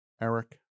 Eric